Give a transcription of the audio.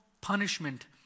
punishment